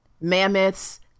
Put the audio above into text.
mammoths